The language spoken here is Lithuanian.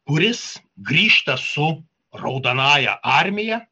kuris grįžta su raudonąja armija